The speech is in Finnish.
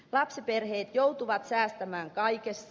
lapsiperheet joutuvat säästämään kaikessa